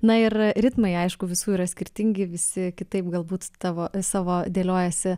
na ir ritmai aišku visų yra skirtingi visi kitaip galbūt tavo savo dėliojasi